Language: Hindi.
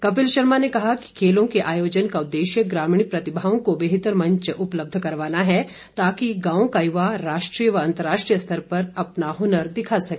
कपिल शर्मा ने कहा कि खेलों के आयोजन का उददेश्य ग्रामीण प्रतिभाओं को बेहतर मंच उपलब्ध करवाना है ताकि गांव का युवा राष्ट्रीय व अंतर्राष्ट्रीय स्तर पर अपना हुनर दिखा सके